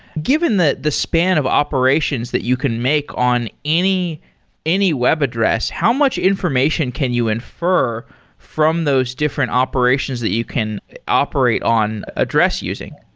given that the span of operations that you can make on any any web address, how much information can you infer from those different operations that you can operate on address using?